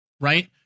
right